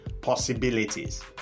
possibilities